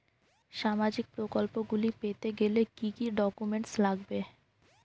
সামাজিক প্রকল্পগুলি পেতে গেলে কি কি ডকুমেন্টস লাগবে?